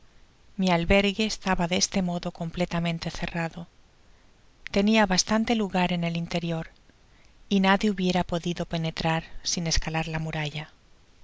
mi albergue estaba de este modo completamente cerrado tenia bastante lugar en el terior y nadie hubiera podido penetrar sin escalar la muralla